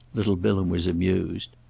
little bilham was amused.